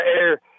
air